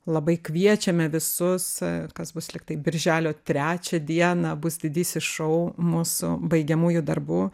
labai kviečiame visus kas bus lygtai birželio trečią dieną bus didysis šou mūsų baigiamųjų darbų